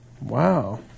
Wow